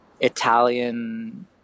italian